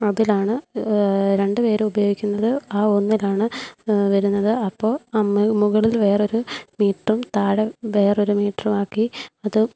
അതിലാണ് രണ്ട് പേരും ഉപയോഗിക്കുന്നത് ആ ഒന്നിലാണ് വരുന്നത് അപ്പോൾ അമ്മ് മുകളിൽ വേറൊരു മീറ്ററും താഴെ വേറൊരു മീറ്ററും ആക്കി അത്